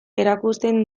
erakusten